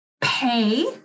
pay